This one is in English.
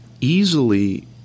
easily